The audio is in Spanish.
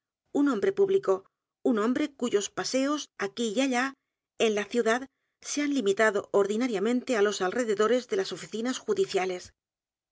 un hombre público u n hombre cuyos paseos aquí y allá en la ciudad se han limitado o r d i nariamente á los alrededores de las oficinas judiciales